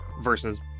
versus